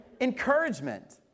encouragement